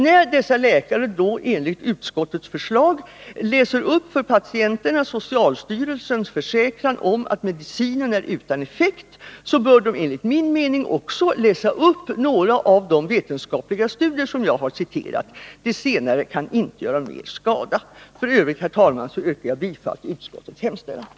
När dessa läkare då enligt utskottets förslag läser upp för patienterna socialstyrelsens försäkran om att medicinen är utan effekt, bör de enligt min mening också läsa upp några av de vetenskapliga studier som jag citerat. Det senare kan inte göra mer skada. F. ö., herr talman, yrkar jag bifall till utskottets hemställan.